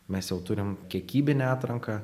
mes jau turim kiekybinę atranką